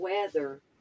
weather